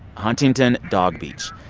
huntington dog beach.